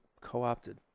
co-opted